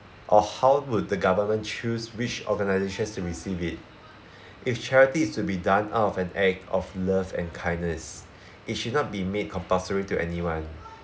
or how would the government choose which organisations to receive it if charities is to be done out of an act of love and kindness it should not be made compulsory to anyone